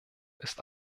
ist